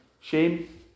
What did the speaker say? shame